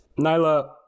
Nyla